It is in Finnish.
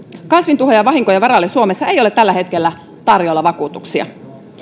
kasvintuhoojavahinkojen varalle suomessa ei ole tällä hetkellä tarjolla vakuutuksia